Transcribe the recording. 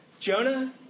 Jonah